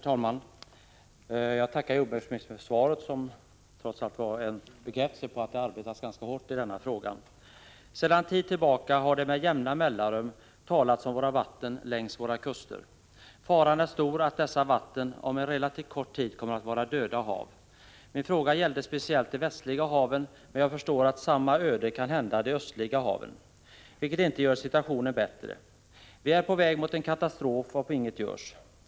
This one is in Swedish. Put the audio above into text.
Herr talman! Jag tackar jordbruksministern för svaret, som trots allt var en bekräftelse på att det arbetas ganska hårt i denna fråga. Sedan en tid tillbaka har det med jämna mellanrum talats om vattnen längs våra kuster. Faran är stor att dessa vatten inom en relativt kort tid kommer att vara döda hav. Min fråga gällde speciellt de västliga haven, men jag förstår att samma öde kan drabba de östliga haven, vilket inte gör situationen bättre. Vi är på väg mot en katastrof om inget görs.